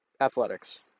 athletics